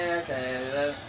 okay